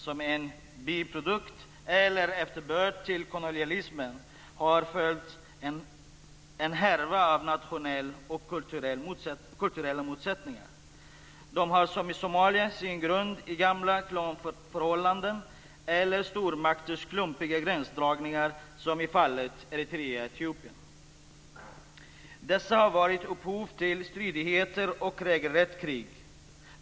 Som en biprodukt eller efterbörd till kolonialismen har följt en härva av nationella och kulturella motsättningar. De har, som i Somalia, sin grund i gamla klanförhållanden eller i stormakters klumpiga gränsdragningar, som i fallet Eritrea-Etiopien. Dessa har varit upphov till stridigheter och regelrätta krig.